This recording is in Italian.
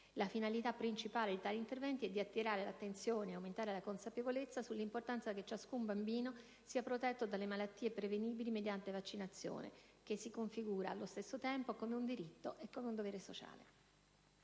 La finalità principale di tali interventi è quella di attirare l'attenzione e aumentare la consapevolezza sull'importanza che ciascun bambino sia protetto dalle malattie prevenibili mediante vaccinazione, che si configura, allo stesso tempo, come un diritto e come un dovere sociale.